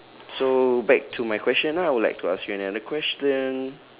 so back to my question now I would like to ask you another question